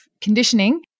conditioning